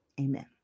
amen